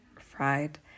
fried